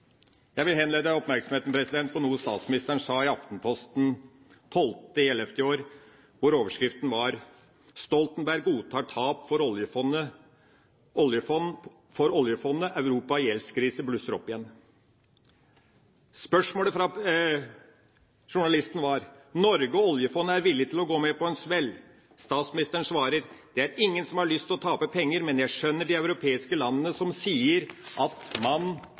Jeg vil henlede oppmerksomheten på noe statsministeren sa i Aftenposten 12. november i år, hvor overskriften var: «Stoltenberg godtar tap for Oljefondet. Europas gjeldskrise blusser opp igjen». Spørsmålet fra journalisten var: «Norge og Oljefondet er villig til å gå på en smell?» Statsministeren svarer: «Det er ingen som har lyst til å tape penger. Men jeg skjønner de europeiske landene som sier at man